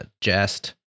Jest